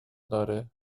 داره